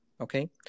Okay